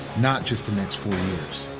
not just the next four years.